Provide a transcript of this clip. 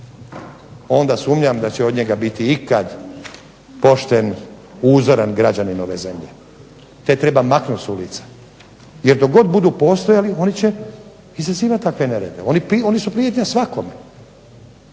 onda sumnjam da će od njega biti ikad pošten, uzoran građanin ove zemlje. Te treba maknuti s ulice, jer dok god budu postojali, oni će izazivati takve nerede. Oni su prijetnja svakome,